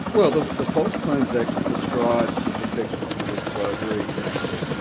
well the the false claims act prescribes the protection for the whistleblower very exactly.